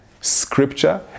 scripture